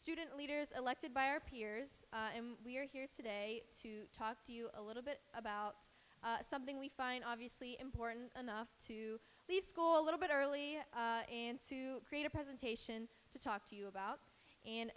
student leaders elected by our peers and we're here today to talk to you a little bit about something we find obviously important enough to leave school a little bit early and to create a presentation to talk to you about and